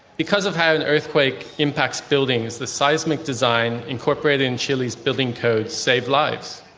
because of how an earthquake impacts buildings, the seismic design incorporated in chile's building codes saved lives.